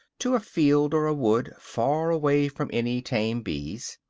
to a field or a wood far away from any tame bees,